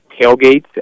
tailgates